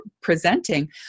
presenting